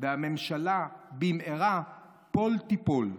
והממשלה במהרה פול תיפול.